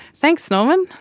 thanks norman.